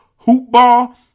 HOOPBALL